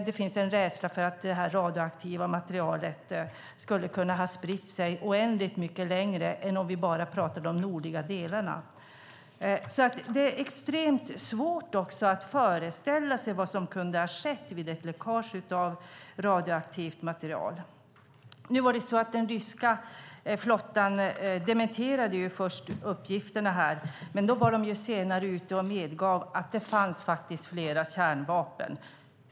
Det finns en rädsla för att det här radioaktiva materialet skulle kunna ha spritt sig oändligt mycket längre än om vi bara talar om de nordliga delarna. Det är också extremt svårt att föreställa sig vad som kunde ha skett vid ett läckage av radioaktivt material. Nu var det så att den ryska flottan först dementerade uppgifterna, men de medgav senare att det faktiskt fanns flera kärnvapen.